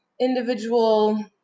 individual